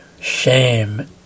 shame